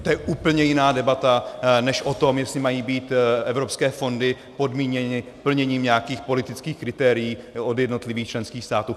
To je úplně jiná debata než o tom, jestli mají být evropské fondy podmíněny k plněním nějakých politických kritérií od jednotlivých členských států.